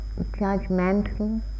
judgmental